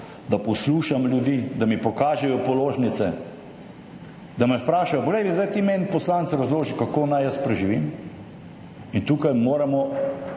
da poslušam ljudi, da mi pokažejo položnice. Da me vprašajo, poglej, zdaj ti, poslanec, meni razloži, kako naj jaz preživim. In tukaj, pa